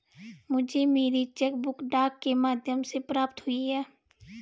मुझे मेरी cheque book डाक के माध्यम से प्राप्त हुई है